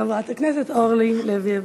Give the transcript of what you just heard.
חברת הכנסת אורלי לוי אבקסיס.